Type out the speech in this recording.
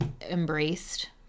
embraced